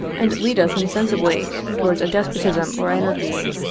and lead us insensibly towards a despotism or anarchy.